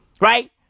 Right